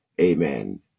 Amen